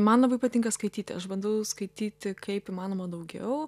man labai patinka skaityti aš bandau skaityti kaip įmanoma daugiau